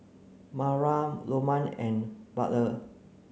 Maura Loma and Butler